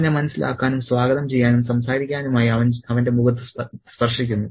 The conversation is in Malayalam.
അവനെ മനസ്സിലാക്കാനും സ്വാഗതം ചെയ്യാനും സംസാരിക്കാനുമായി അവൻ അവന്റെ മുഖത്ത് സ്പർശിക്കുന്നു